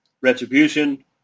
Retribution